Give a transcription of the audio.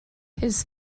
his